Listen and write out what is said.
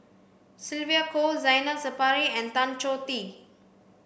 Sylvia Kho Zainal Sapari and Tan Choh Tee